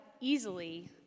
easily